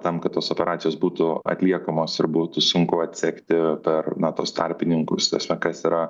tam kad tos operacijos būtų atliekamos ir būtų sunku atsekti tar na tuos tarpininkus ta prasme kas yra